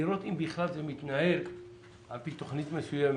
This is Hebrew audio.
לראות אם בכלל זה מתנהל על פי תוכנית מסוימת,